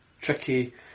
tricky